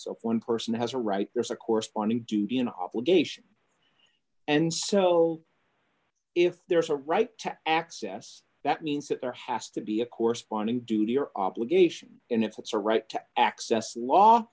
of one person has a right there's a corresponding duty an obligation and so if there is a right to access that means that there has to be a corresponding duty or obligation and if it's a right to access a law